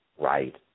right